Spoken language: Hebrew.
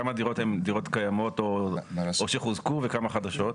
כמה דירות הן דירות קיימות או שחוזקו וכמה חדשות?